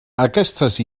aquestes